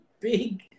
big